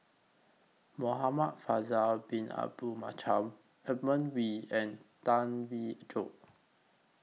Muhamad Faisal Bin Abdul Manap Edmund Wee and Tan Wee Joo